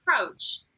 approach